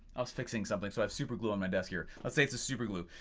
i was fixing something so i have super glue on my desk here lets say it's a super glue.